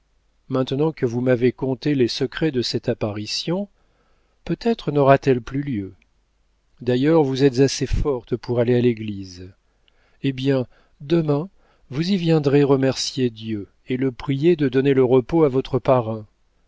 maintenant que vous m'avez confié les secrets de cette apparition peut-être naura t elle plus lieu d'ailleurs vous êtes assez forte pour aller à l'église eh bien demain vous y viendrez remercier dieu et le prier de donner le repos à votre parrain